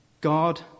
God